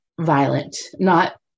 violent—not